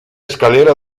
escalera